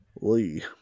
Lee